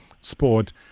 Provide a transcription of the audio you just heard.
Sport